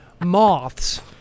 moths